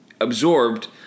absorbed